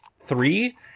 three